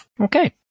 Okay